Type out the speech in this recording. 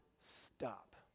stop